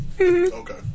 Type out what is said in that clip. Okay